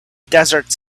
desert